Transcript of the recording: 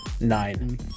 Nine